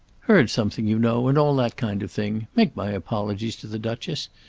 heard something, you know, and all that kind of thing. make my apologies to the duchess.